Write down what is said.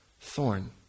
thorn